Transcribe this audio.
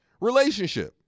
relationship